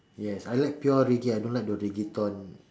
yes I like pure reggae I don't like the reggaeton